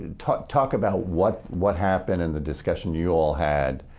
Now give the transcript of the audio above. and talk talk about what what happened and the discussion you all had